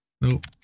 Nope